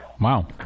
Wow